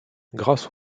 grâce